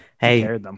Hey